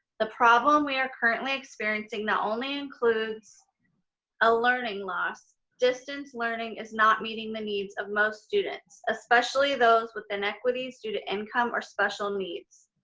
the problem we are currently experiencing not only includes a learning loss, distance learning is not meeting the needs of most students, especially those with inequities due to income or special needs.